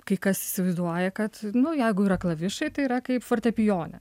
kai kas įsivaizduoja kad nu jeigu yra klavišai tai yra kaip fortepijone